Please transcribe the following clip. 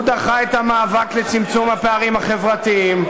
הוא דחה את המאבק לצמצום הפערים החברתיים,